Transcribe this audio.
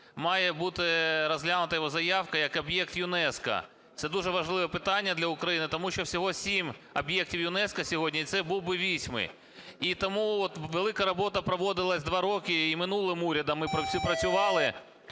має бути розглянута його заявка як об'єкт ЮНЕСКО. Це дуже важливе питання для України, тому що всього 7 об'єктів ЮНЕСКО сьогодні, і це був би восьмий. І тому от велика робота проводилася 2 роки і з минулим урядом ми працювали